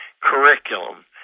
curriculum